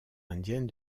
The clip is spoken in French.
indienne